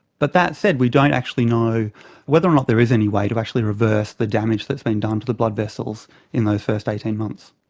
but that said, we don't actually know whether or not there is any way to actually reverse the damage that has been done to the blood vessels in those first eighteen months.